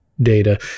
data